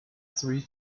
three